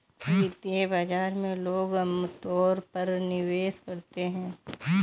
वित्तीय बाजार में लोग अमतौर पर निवेश करते हैं